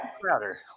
Crowder